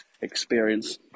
experience